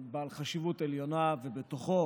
די.